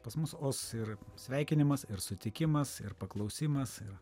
pas mus os ir sveikinimas ir sutikimas ir paklausimas ir